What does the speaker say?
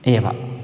एव